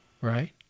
Right